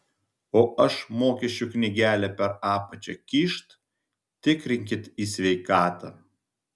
o aš mokesčių knygelę per apačią kyšt tikrinkit į sveikatą